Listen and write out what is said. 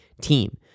team